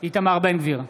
איתמר בן גביר,